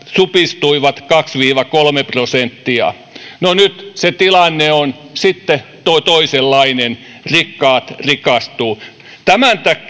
supistuivat kaksi viiva kolme prosenttia no nyt se tilanne on sitten toisenlainen rikkaat rikastuvat tämän